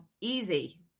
easy